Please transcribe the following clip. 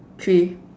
three